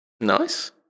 nice